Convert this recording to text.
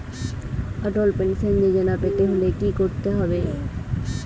অটল pension Yojana পেতে হলে কি করতে হবে?